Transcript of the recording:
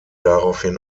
daraufhin